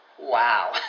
Wow